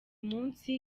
munsi